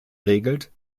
regelt